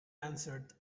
answered